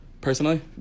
personally